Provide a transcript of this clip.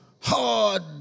hard